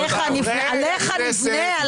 עליך נבנה?